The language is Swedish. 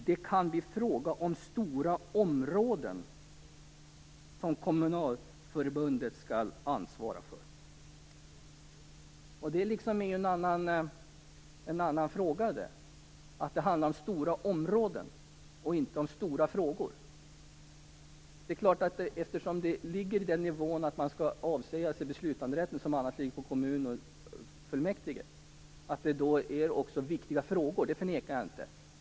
Det kan bli fråga om stora områden som kommunalförbundet skall ansvara för." - Det blir en helt annan sak. Det handlar om stora områden, och inte om stora frågor. Det är klart att det handlar om viktiga frågor, eftersom det är fullmäktige som skall avsäga sig beslutanderätten. Det förnekar jag inte.